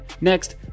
next